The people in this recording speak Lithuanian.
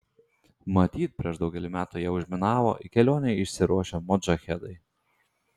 matyt prieš daugelį metų ją užminavo į kelionę išsiruošę modžahedai